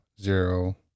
zero